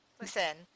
Listen